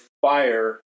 fire